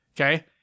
Okay